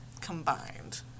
combined